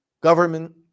government